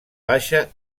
baixa